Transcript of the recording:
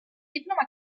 diploma